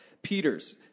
Peters